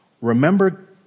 remember